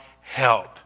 help